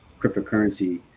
cryptocurrency